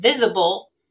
visible